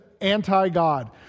anti-God